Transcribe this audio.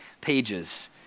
pages